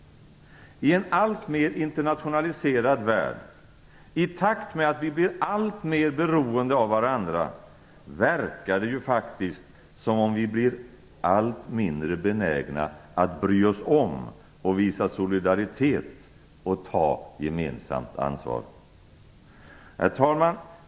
I en alltmer internationaliserad värld och i takt med att vi blir alltmer beroende av varandra verkar det ju faktiskt som att vi blir allt mindre benägna att bry oss om, visa solidaritet och ta gemensamt ansvar. Herr talman!